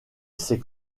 ses